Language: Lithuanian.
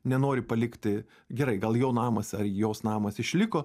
nenori palikti gerai gal jo namas ar jos namas išliko